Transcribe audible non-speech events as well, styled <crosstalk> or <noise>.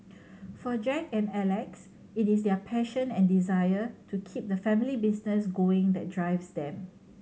<noise> for Jack and Alex it is their passion and desire to keep the family business going that drives them